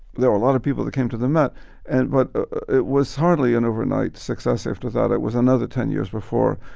there are a lot of people that came to the met and but it was hardly an overnight success. after that, it was another ten years before.